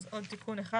אז עוד תיקון אחד,